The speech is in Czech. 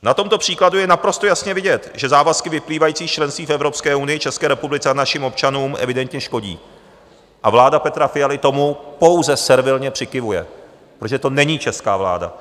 Na tomto příkladu je naprosto jasně vidět, že závazky vyplývající z členství v Evropské unii České republice a našim občanům evidentně škodí, a vláda Petra Fialy tomu pouze servilně přikyvuje, protože to není česká vláda.